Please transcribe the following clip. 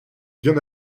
bien